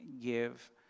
give